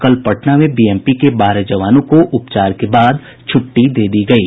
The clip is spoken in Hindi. कल पटना में बीएमपी के बारह जवानों को उपचार के बाद छुट्टी दे दी गयी